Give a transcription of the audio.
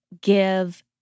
give